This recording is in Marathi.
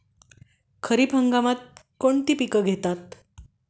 खरीप हंगामात कोणती पिके घेतात?